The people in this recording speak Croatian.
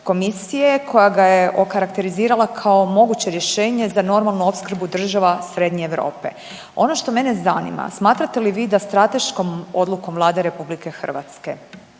komisije koja ga je okarakterizirala kao moguće rješenje za normalnu opskrbu država Srednje Europe. Ono što mene zanima, smatrate li vi da strateškom odlukom Vlade RH da krene